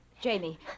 Jamie